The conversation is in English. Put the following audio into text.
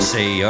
Say